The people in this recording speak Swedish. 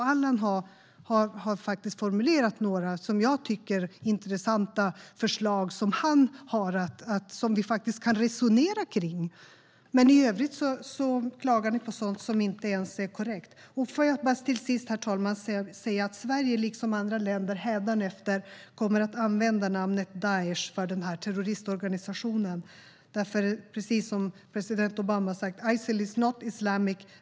Allan Widman har faktiskt formulerat några, som jag tycker, intressanta förslag vi kan resonera kring. I övrigt klagar ni dock bara på sådant som inte ens är korrekt. Till sist, herr talman, vill jag säga att Sverige liksom andra länder hädanefter kommer att använda namnet Daesh för den här terroristorganisationen. Som president Obama har sagt: "ISIL is not 'Islamic.'